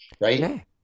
right